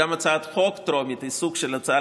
הרי גם הצעת חוק טרומית היא סוג של הצעה